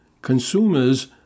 Consumers